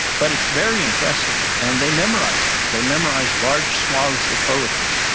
but it's very impressive and they memorize it, they memorize large swathes of poetry.